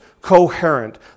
coherent